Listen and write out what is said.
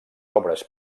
obres